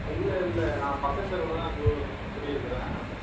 இல்லை இல்லை நான் பக்கத்து தெருவில் தான் கு கு குடியிருக்கிறேன்